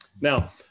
Now